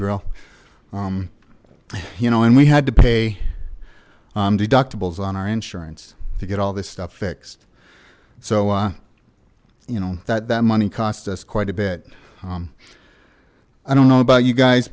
grill you know and we had to pay deductibles on our insurance to get all this stuff fixed so uh you know that that money costs us quite a bit i don't know about you guys